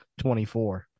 24